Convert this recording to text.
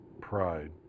pride